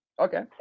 Okay